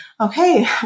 Okay